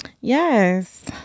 Yes